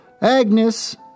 Agnes